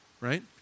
right